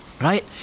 Right